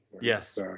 Yes